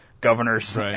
governors